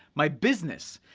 my business.